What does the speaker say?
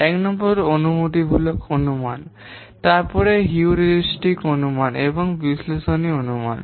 এক নম্বর অনুভূতিমূলক অনুমান তারপরে হিউরিস্টিক অনুমান এবং বিশ্লেষণী অনুমান